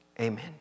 Amen